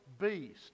beast